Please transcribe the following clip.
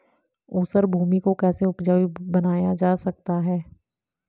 ऊसर भूमि को कैसे उपजाऊ बनाया जा सकता है?